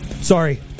Sorry